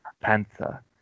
panther